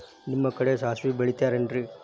ನಿಮ್ಮ ಕಡೆ ಸಾಸ್ವಿ ಬೆಳಿತಿರೆನ್ರಿ?